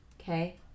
Okay